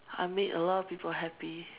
I made a lot of people happy